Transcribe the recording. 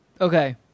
Okay